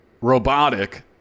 robotic